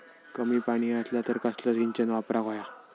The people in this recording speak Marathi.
कमी पाणी असला तर कसला सिंचन वापराक होया?